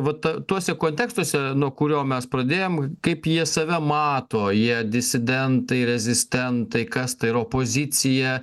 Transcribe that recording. vat tuose kontekstuose nuo kurio mes pradėjom kaip jie save mato jie disidentai rezistentai kas tai ar opozicija